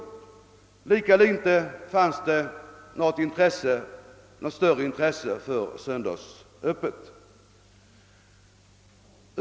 Lika litet fanns det något större intresse för att hålla öppet på söndagarna.